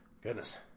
Goodness